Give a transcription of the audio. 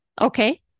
Okay